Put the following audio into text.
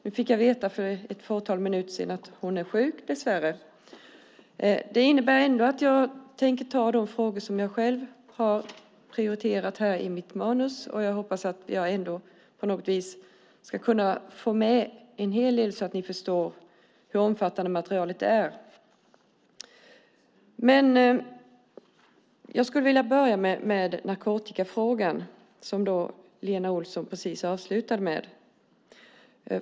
Nu fick jag för ett fåtal minuter sedan veta att hon dess värre är sjuk. Jag tänker trots detta ta upp de frågor jag själv har prioriterat i mitt manus, och jag hoppas att jag ändå på något vis ska kunna få med en hel del så att ni förstår hur omfattande materialet är. Jag skulle vilja börja med narkotikafrågan, som Lena Olsson precis avslutade med.